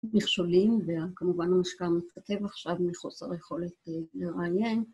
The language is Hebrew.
מכשולים וכמובן המשקע המתכתב עכשיו מחוסר יכולת לראיין